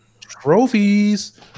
Trophies